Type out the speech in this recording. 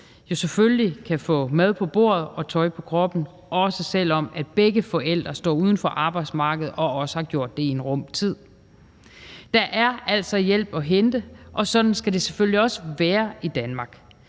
selvfølgelig kan få mad på bordet og tøj på kroppen, også selv om begge forældre står uden for arbejdsmarkedet og også har gjort det i en rum tid. Der er altså hjælp at hente, og sådan skal det selvfølgelig også være i Danmark.